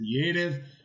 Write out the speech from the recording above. Creative